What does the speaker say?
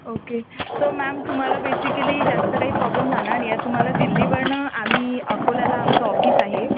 okay so ma'am तुम्हाला basically जास्त काही प्रॉब्लेम राहणार नाही आहे तुम्हाला दिल्लीवरनं आम्ही अकोल्याला आमचं ऑफिस आहे